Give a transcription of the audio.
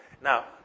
Now